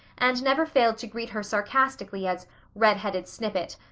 and never failed to greet her sarcastically as redheaded snippet.